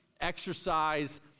exercise